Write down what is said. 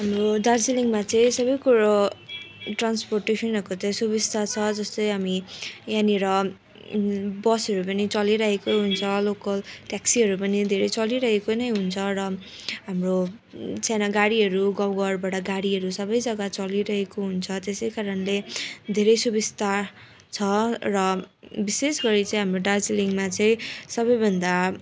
हाम्रो डार्जिलिङमा चाहिँ सबैकुरो ट्रान्सपोर्टेसनहरूको चैँ सुबिस्ता छ जस्तै हामी यहाँनिर बसहरू पनि चलिरहेकै हुन्छ लोकल ट्याक्सीहरू पनि धेरै चलिरहेको नै हुन्छ र हाम्रो सानो गाडीहरू गाउँ घरबाट गाडीहरू सबै जग्गा चलिरहेको हुन्छ त्यसै कारणले धेरै सुबिस्ता छ र विशेष गरि चाहिँ हाम्रो दार्जिलिङमा चाहिँ सबैभन्दा